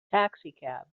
taxicab